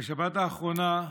בשבת האחרונה,